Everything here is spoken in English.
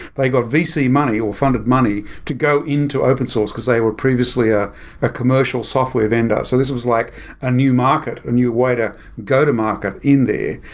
they got vc money, or funded money to go into open source, because they were previously ah a commercial software vendor. so this was like a new market, a new way to go to market in there.